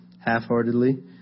half-heartedly